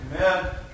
Amen